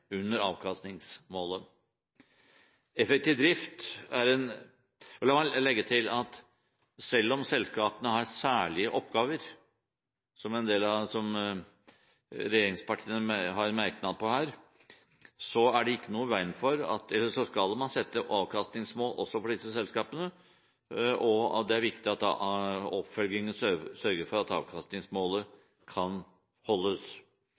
under avkastningsmålet. La meg legge til at selv om selskapene har særlige oppgaver, som regjeringspartiene har en merknad på her, skal man sette avkastningsmål også for disse selskapene, og det er viktig at oppfølgingen sørger for at avkastningsmålet kan holdes.